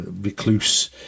recluse